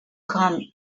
come